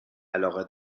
علاقه